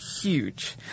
huge